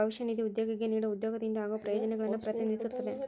ಭವಿಷ್ಯ ನಿಧಿ ಉದ್ಯೋಗಿಗೆ ನೇಡೊ ಉದ್ಯೋಗದಿಂದ ಆಗೋ ಪ್ರಯೋಜನಗಳನ್ನು ಪ್ರತಿನಿಧಿಸುತ್ತದೆ